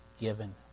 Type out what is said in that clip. given